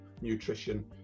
nutrition